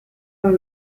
are